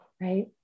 Right